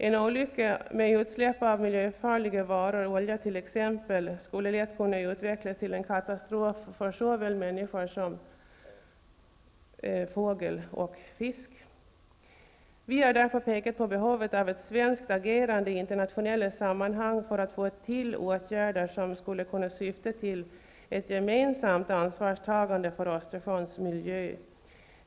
En olycka med utsläpp av miljöfarliga varor, t.ex. olja, skulle lätt kunna utvecklas till en katastrof för såväl människor som fågel och fisk. Vi har därför pekat på behovet av ett svenskt agerande i internationella sammanhang för att få till stånd åtgärder som skulle kunna syfta till ett gemensamt ansvarstagande för Östersjöns miljö.